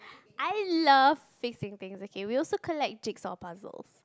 I love fixing things okay we also collect jig saw puzzles